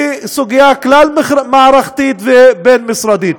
היא סוגיה כלל-מערכתית ובין-משרדית.